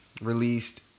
released